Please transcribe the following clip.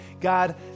God